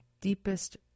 deepest